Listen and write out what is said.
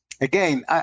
again